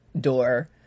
door